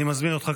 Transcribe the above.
אני מזמין אותך,